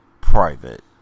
Private